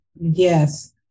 yes